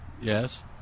Yes